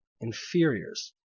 inferiors